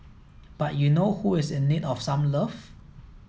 but you know who is in need of some love